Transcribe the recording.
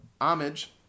homage